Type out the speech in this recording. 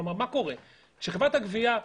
כלומר חברת הגבייה,